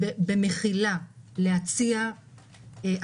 במחילה, אני רוצה להציע הצעה.